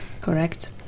Correct